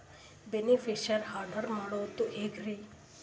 Beneficiary, add ಮಾಡೋದು ಹೆಂಗ್ರಿ?